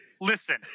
listen